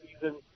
season